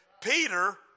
Peter